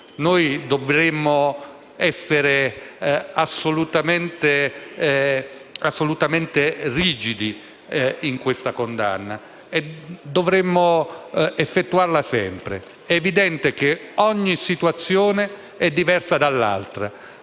dovremmo essere assolutamente rigidi in questa condanna e dovremmo manifestarla sempre. È evidente che ogni situazione è diversa dall'altra,